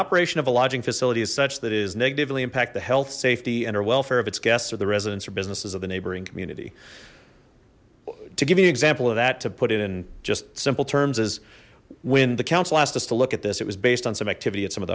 operation of a lodging facility is such that is negatively impact the health safety and our welfare of its guests or the residents or businesses of the neighboring community to give you an example of that to put it in just simple terms is when the council asked us to look at this it was based on some activity at some of